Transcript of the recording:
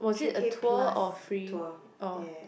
three K plus tour ya